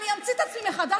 אמציא את עצמי מחדש,